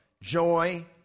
joy